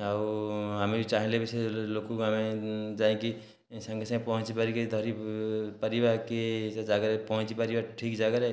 ଆଉ ଆମେ ବି ଚାହିଁଲେ ବି ସେ ଲୋକକୁ ଆମେ ଯାଇକି ସାଙ୍ଗେ ସାଙ୍ଗେ ଯାଇକି ପହଞ୍ଚି ପାରିକି ଧରିପାରିବା କି ଏଇ ଜାଗାରେ ପହଞ୍ଚି ପାରିବା ଠିକ ଜାଗାରେ